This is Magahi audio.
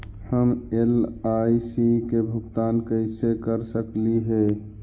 हम एल.आई.सी के भुगतान कैसे कर सकली हे?